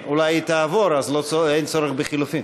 אולי היא תעבור, אז אין צורך בחלופין.